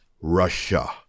Russia